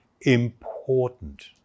important